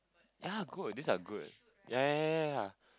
ya good these are good ya ya ya ya ya